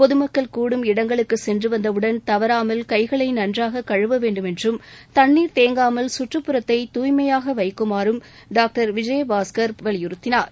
பொதுமக்கள் கூடும் இடங்களுக்கு சென்று வந்தவுடன் தவறாமல் கைகளை நன்றாக கழுவ வேண்டுமென்றும் தண்ணீர் தேங்காமல் கற்றப்புறத்தை தூய்மையாக வைக்குமாறும் டாக்டர் விஜயபாஸ்கள் வலியுறுத்தினார்